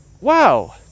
wow